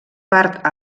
part